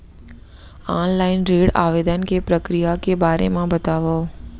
Online ऋण आवेदन के प्रक्रिया के बारे म बतावव?